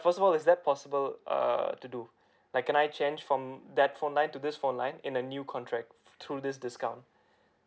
first of all is that possible uh to do like can I change from that phone line to this phone line in a new contract through this discount